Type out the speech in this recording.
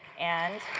and